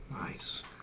Nice